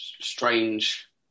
strange